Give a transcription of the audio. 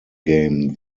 game